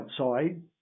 outside